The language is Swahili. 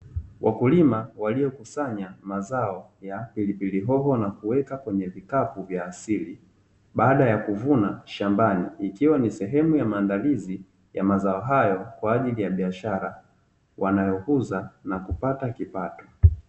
Wakulima waliyokusanya mazao ya pilipili hoho, na kuweka kwenye vikapu vya asili baada ya kuvuna shambani, ikiwa ni sehemu ya maandalizi ya mazao hayo kwa ajili ya biashara wanayouza na kupata kipato.